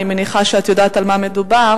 אני מניחה שאת יודעת על מה מדובר,